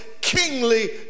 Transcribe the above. kingly